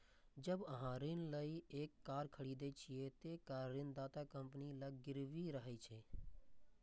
जब अहां ऋण लए कए कार खरीदै छियै, ते कार ऋणदाता कंपनी लग गिरवी रहै छै